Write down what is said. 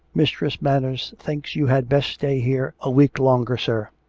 mistress manners thinks you had best stay here a week longer, sir.